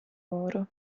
oro